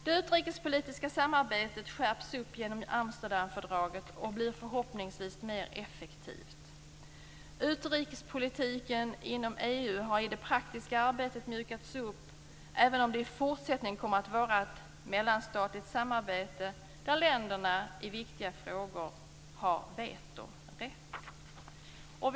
Det utrikespolitiska samarbetet skärps genom Amsterdamfördraget och blir förhoppningsvis mer effektivt. Utrikespolitiken inom EU har i det praktiska arbetet mjukats upp även om det också i fortsättningen kommer att vara ett mellanstatligt samarbete där länderna i viktiga frågor har vetorätt.